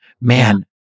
Man